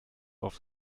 auf